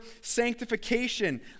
sanctification